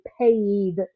paid